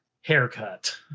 haircut